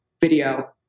video